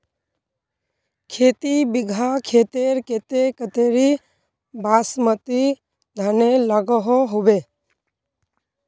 खेती बिगहा खेतेर केते कतेरी बासमती धानेर लागोहो होबे?